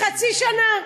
בחצי שנה.